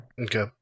Okay